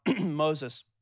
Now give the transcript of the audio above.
Moses